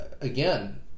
again